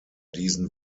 diesen